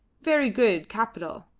very good. capital!